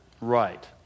Right